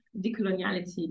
decoloniality